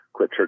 QuitChurch